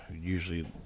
usually